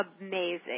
amazing